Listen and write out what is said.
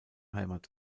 heimat